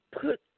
put